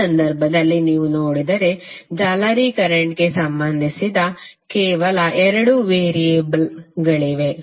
ಈ ಸಂದರ್ಭದಲ್ಲಿ ನೀವು ನೋಡಿದರೆ ಜಾಲರಿ ಕರೆಂಟ್ ಗೆ ಸಂಬಂಧಿಸಿದ ಕೇವಲ 2 ವೇರಿಯೇಬಲ್ಗಳಿವೆ